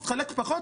תחלק פחות,